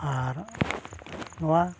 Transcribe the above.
ᱟᱨ ᱱᱚᱣᱟ